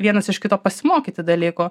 vienas iš kito pasimokyti dalykų